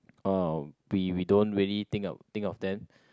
orh we we don't really think of think of them